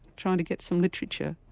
trying to get some literature,